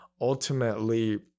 ultimately